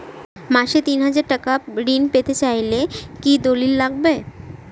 মাসে তিন হাজার টাকা ঋণ পেতে চাইলে কি দলিল লাগবে?